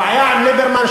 הבעיה עם ליברמן,